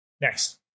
next